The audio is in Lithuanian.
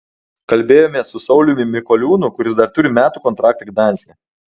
kalbėjomės su sauliumi mikoliūnu kuris dar turi metų kontraktą gdanske